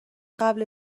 قبل